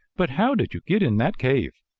but how did you get in that cave?